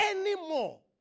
anymore